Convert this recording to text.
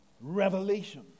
Revelation